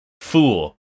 Fool